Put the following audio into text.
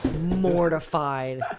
mortified